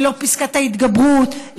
ולא פסקת ההתגברות,